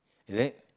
is it